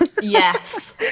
yes